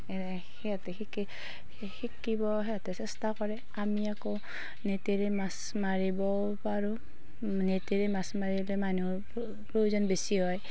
সিহঁতে শিকে শিকিব সিহঁতে চেষ্টা কৰে আমি আকৌ নেটেৰে মাছ মাৰিবও পাৰোঁ নেটেৰে মাছ মাৰিলে মানুহৰ প প্ৰয়োজন বেছি হয়